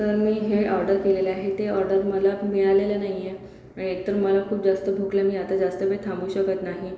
तर मी हे ऑर्डर केलेलं आहे ते ऑर्डर मला मिळालेलं नाही आहे आणि एक तर मला खूप जास्त भूक ला मी आता जास्त वेळ थांबू शकत नाही